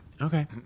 Okay